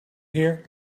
here